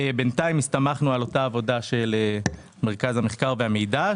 בינתיים הסתמכנו על אותה עבודה של מרכז המחקר והמידע,